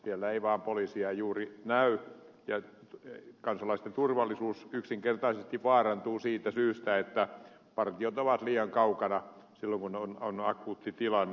siellä ei vaan poliisia juuri näy ja kansalaisten turvallisuus yksinkertaisesti vaarantuu siitä syystä että partiot ovat liian kaukana silloin kun on akuutti tilanne